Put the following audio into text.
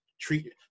treat